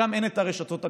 שם אין את הרשתות הגדולות,